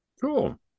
Cool